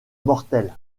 mortelle